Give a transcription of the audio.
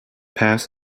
pass